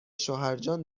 شوهرجان